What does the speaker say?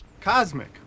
Cosmic